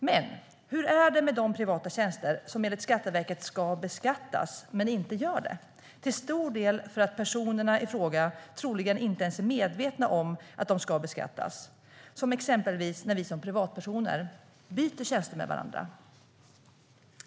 Men hur är det med de privata tjänster som enligt Skatteverket ska beskattas men inte gör det, troligen till stor del för att personerna i fråga inte ens är medvetna om att de ska beskattas? Så är det exempelvis när vi som privatpersoner byter tjänster med varandra.